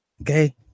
Okay